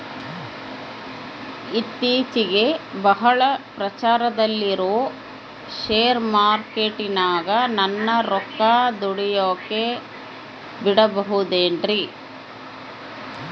ಇತ್ತೇಚಿಗೆ ಬಹಳ ಪ್ರಚಾರದಲ್ಲಿರೋ ಶೇರ್ ಮಾರ್ಕೇಟಿನಾಗ ನನ್ನ ರೊಕ್ಕ ದುಡಿಯೋಕೆ ಬಿಡುಬಹುದೇನ್ರಿ?